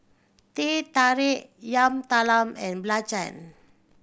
Teh Tarik Yam Talam and belacan